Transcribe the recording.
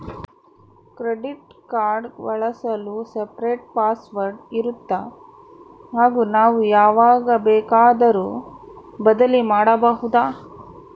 Credit card ಬಳಸಲು separate password ಇರುತ್ತಾ ಹಾಗೂ ನಾವು ಯಾವಾಗ ಬೇಕಾದರೂ ಬದಲಿ ಮಾಡಬಹುದಾ?